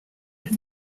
have